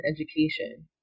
education